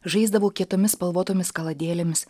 žaisdavau kietomis spalvotomis kaladėlėmis